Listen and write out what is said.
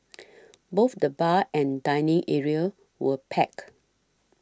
both the bar and dining areas were packed